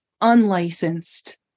unlicensed